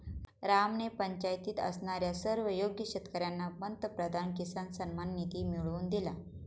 रामने पंचायतीत असणाऱ्या सर्व योग्य शेतकर्यांना पंतप्रधान किसान सन्मान निधी मिळवून दिला